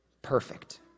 perfect